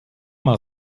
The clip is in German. mal